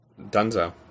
Dunzo